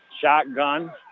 Shotgun